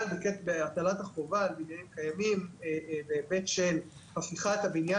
בהטלת החובה על בניינים קיימים בהיבט של הפיכת הבניין